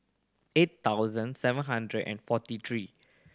eight thousand seven hundred and forty three